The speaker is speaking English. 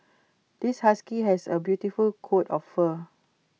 this husky has A beautiful coat of fur